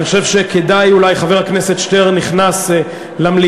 אני חושב שכדאי אולי, חבר הכנסת שטרן נכנס למליאה.